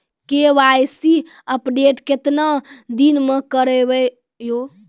KYC update केतना दिन मे करेबे यो?